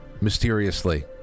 mysteriously